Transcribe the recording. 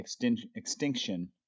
extinction